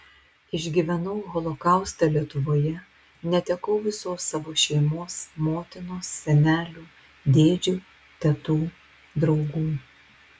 išgyvenau holokaustą lietuvoje netekau visos savo šeimos motinos senelių dėdžių tetų draugų